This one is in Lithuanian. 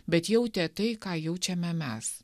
bet jautė tai ką jaučiame mes